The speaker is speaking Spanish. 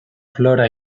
flora